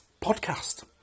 podcast